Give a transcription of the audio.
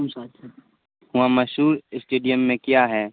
وہاں مشہور اسٹیڈیم میں کیا ہے